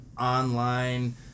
online